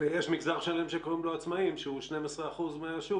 ויש מגזר שלם שקוראים לו עצמאים שהוא 12% מהשוק,